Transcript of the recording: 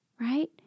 right